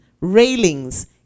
railings